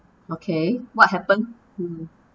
okay what happen mm